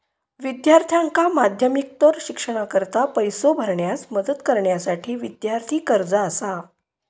विद्यार्थ्यांका माध्यमिकोत्तर शिक्षणाकरता पैसो भरण्यास मदत करण्यासाठी विद्यार्थी कर्जा असा